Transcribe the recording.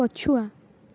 ପଛୁଆ